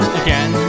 again